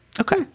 Okay